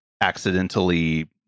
accidentally